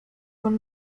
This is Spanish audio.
con